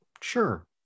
sure